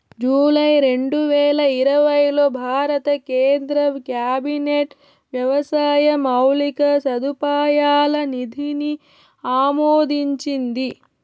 July రెండువేల ఇరవైలో భారత కేంద్ర క్యాబినెట్ వ్యవసాయ మౌలిక సదుపాయాల నిధిని ఆమోదించింది